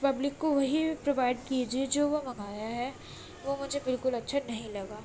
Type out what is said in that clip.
public کو وہی provide کیجیے جو وہ منگایا ہے وہ مجھے بالکل اچھا نہیں لگا